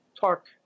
talk